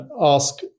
ask